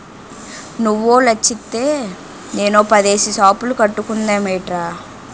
నువ్వో లచ్చిత్తే నేనో పదేసి సాపులు కట్టుకుందమేట్రా